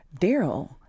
Daryl